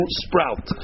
sprout